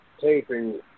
taping